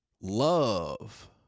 Love